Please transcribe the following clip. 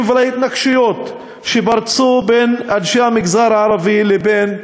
ולהתנגשויות שפרצו בין אנשי המגזר הערבי לבין השלטונות."